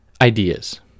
ideas